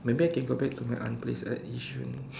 maybe I can go back to my aunt place at yishun